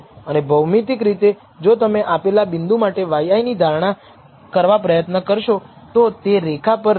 અને ભૌમિતિક રીતે જો તમે આપેલા બિંદુ માટે yi ની ધારણા કરવા પ્રયત્ન કરશો તો તે રેખા પર રહેશે